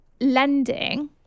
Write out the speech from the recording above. lending